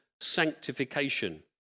sanctification